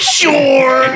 sure